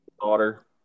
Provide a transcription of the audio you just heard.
daughter